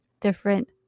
different